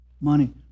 money